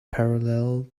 parallel